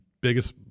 biggest